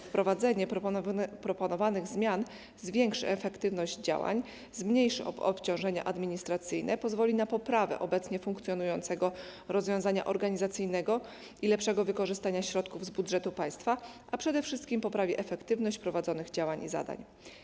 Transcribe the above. Wprowadzenie proponowanych zmian zwiększy efektywność działań, zmniejszy obciążenia administracyjne, pozwoli na poprawę obecnie funkcjonującego rozwiązania organizacyjnego i lepsze wykorzystanie środków z budżetu państwa, a przede wszystkim poprawi efektywność prowadzonych działań i zadań.